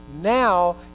now